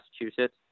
Massachusetts